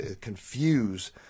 confuse